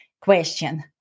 question